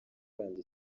urambye